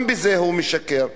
גם בזה הוא משקר,